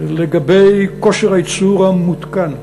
לגבי כושר הייצור המותקן,